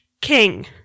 king